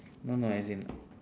no no as in